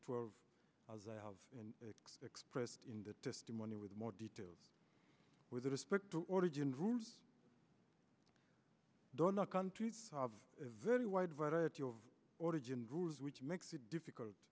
have expressed in the testimony with more detail with respect to origen rules do not countries have a very wide variety of origin rules which makes it difficult